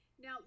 Now